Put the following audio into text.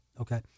Okay